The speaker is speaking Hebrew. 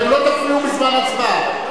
אתם לא תפריעו בזמן הצבעה.